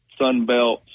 Sunbelt